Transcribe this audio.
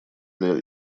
для